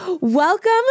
welcome